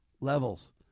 levels